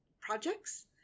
projects